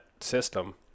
system